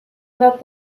that